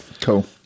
Cool